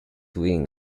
wing